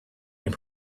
and